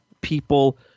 people